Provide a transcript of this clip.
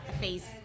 face